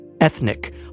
ethnic